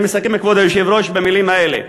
אני מסכם, כבוד היושב-ראש, במילים האלה: